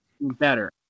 better